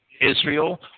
Israel